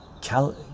Cal